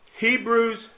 Hebrews